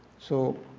so